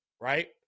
right